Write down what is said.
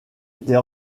était